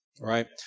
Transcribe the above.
right